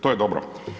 To je dobro.